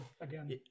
again